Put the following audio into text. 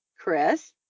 Chris